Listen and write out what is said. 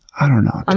i don't know. i'm